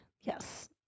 Yes